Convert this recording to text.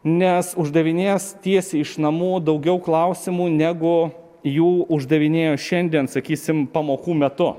nes uždavinės tiesiai iš namų daugiau klausimų negu jų uždavinėjo šiandien sakysim pamokų metu